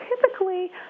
typically